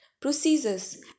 procedures